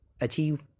achieve